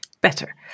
better